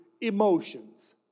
emotions